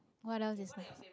what else is nice